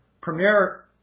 Premier –